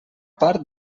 part